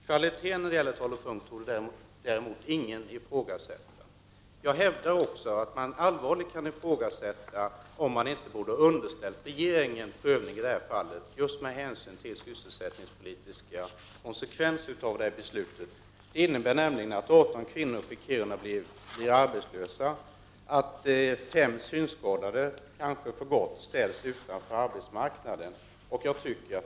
Kvaliteten när det gäller Tal & Punkt AB:s produkter torde däremot ingen ifrågasätta. Jag hävdar att man allvarligt kan ifrågasätta om inte fallet borde ha underställts regeringen just med hänsyn till de sysselsättningspolitiska konsekvenser beslutet får. Det innebär nämligen att 18 kvinnor i Kiruna blir arbetslösa och att fem synskadade kanske för gott ställs utanför arbetsmarknaden.